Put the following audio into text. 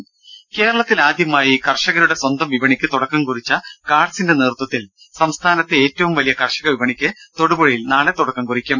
ടെട്ടി കേരളത്തിലാദ്യമായി കർഷകരുടെ സ്വന്തം വിപണിക്ക് തുടക്കം കുറിച്ച കാഡ്സിന്റെ നേതൃത്വത്തിൽ സംസ്ഥാനത്തെ ഏറ്റവും വലിയ കർഷക വിപണിക്ക് തൊടുപുഴയിൽ നാളെ തുടക്കം കുറിക്കും